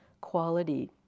quality